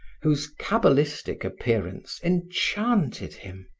whose cabalistic appearance enchanted him.